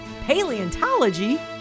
paleontology